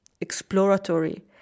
exploratory